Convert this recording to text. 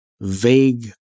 vague